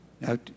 Now